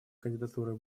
кандидатуры